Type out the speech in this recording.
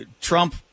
Trump